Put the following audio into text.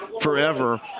forever